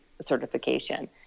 certification